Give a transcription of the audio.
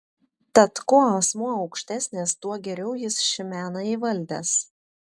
tad kuo asmuo aukštesnis tuo geriau jis šį meną įvaldęs